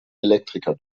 elektriker